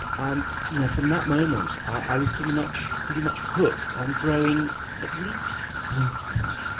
and you know from that moment, i was pretty much pretty much hooked on growing at least something